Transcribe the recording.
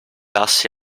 assi